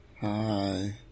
Hi